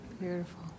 Beautiful